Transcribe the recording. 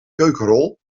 keukenrol